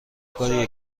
کاریه